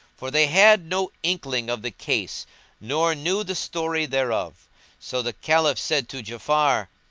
for they had no inkling of the case nor knew the story thereof so the caliph said to ja'afar,